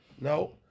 no